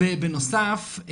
ובנוסף,